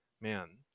man